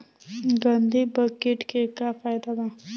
गंधी बग कीट के का फायदा बा?